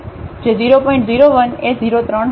01 એ 03 હશે